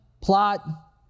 plot